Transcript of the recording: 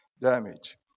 damage